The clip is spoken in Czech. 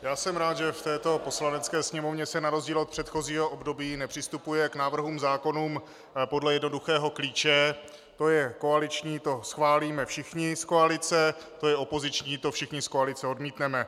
Já jsem rád že v této Poslanecké sněmovně se na rozdíl od předchozího období nepřistupuje k návrhům zákonů podle jednoduchého klíče: to je koaliční to schválíme všichni z koalice, to je opoziční to všichni z koalice odmítneme.